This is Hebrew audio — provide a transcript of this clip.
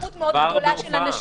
-- כשיש כמות מאוד גדולה של אנשים,